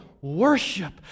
worship